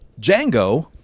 Django